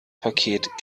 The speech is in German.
paket